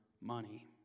money